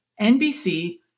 NBC